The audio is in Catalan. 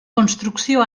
construcció